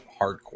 hardcore